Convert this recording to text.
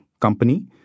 company